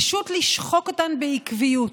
פשוט לשחוק אותן בעקביות.